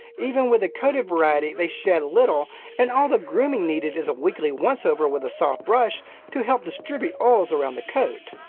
even with the coated variety, they shed little and all the grooming needed is a weekly once over with a soft brush to help distribute oils around the coat.